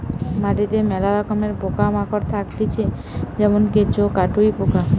মাটিতে মেলা রকমের পোকা মাকড় থাকতিছে যেমন কেঁচো, কাটুই পোকা